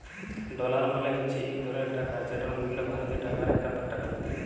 dollar মালে হছে ইক ধরলের টাকা যেটর মূল্য ভারতীয় টাকায় একাত্তর টাকা